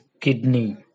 kidney